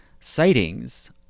sightings